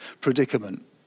predicament